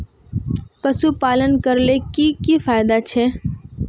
पशुपालन करले की की फायदा छे?